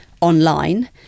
online